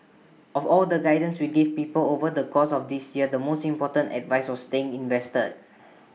of all the guidance we gave people over the course of this year the most important advice was staying invested